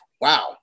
Wow